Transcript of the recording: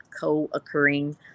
co-occurring